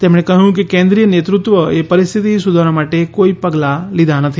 તેમણે કહ્યું કે કેન્દ્રી ય નેતૃત્વએ પરિસ્થિતિ સુધારવા માટે કોઈ પગલાં લીધાં નથી